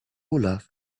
olaf